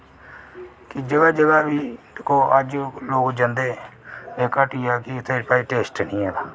कि जगह जगह बी दिक्खो अज्ज लोग जंदे ते इक हट्टी ऐ कि भाई उत्थै टेस्ट निं हैन